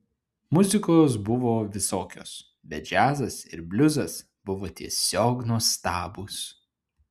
muzikos buvo visokios bet džiazas ir bliuzas buvo tiesiog nuostabūs